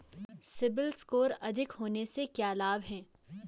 CIBIL score अधिक होने से क्या लाभ हैं?